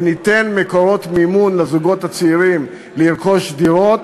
וניתן לזוגות הצעירים מקורות מימון לרכוש דירות.